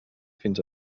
fins